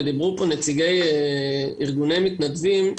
ודיברו פה נציגי ארגוני מתנדבים,